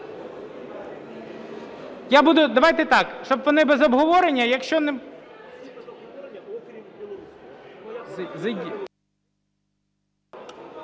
Я буду, давайте так, щоб вони без обговорення, якщо... (Шум